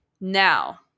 Now